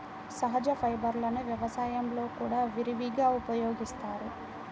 సహజ ఫైబర్లను వ్యవసాయంలో కూడా విరివిగా ఉపయోగిస్తారు